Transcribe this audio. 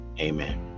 amen